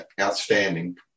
outstanding